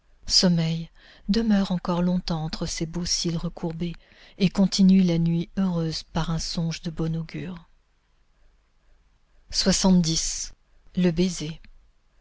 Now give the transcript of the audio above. sommeil demeure encore longtemps entre ses beaux cils recourbés et continue la nuit heureuse par un songe de bon augure le baiser